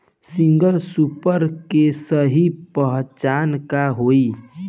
Single super के सही पहचान का हई?